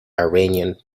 iranian